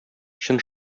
чын